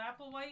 applewhite